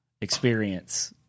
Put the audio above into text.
experience